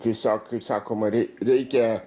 tiesiog kaip sakoma rei reikia